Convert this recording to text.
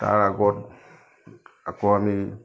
তাৰ আগত আকৌ আমি